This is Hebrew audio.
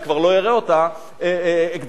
אני כבר לא אראה אותה גדלה.